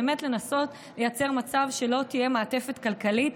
באמת כדי לנסות לייצר מצב שלא תהיה מעטפת כלכלית,